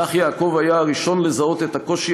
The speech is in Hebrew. כך היה יעקב הראשון לזהות את הקושי